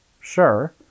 Sure